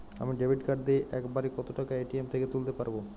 আমি debit card দিয়ে এক বারে কত টাকা এ.টি.এম থেকে তুলতে পারবো?